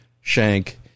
Shank